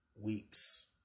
weeks